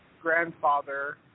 grandfather